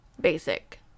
basic